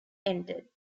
ended